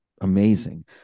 amazing